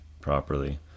properly